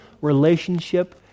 relationship